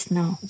now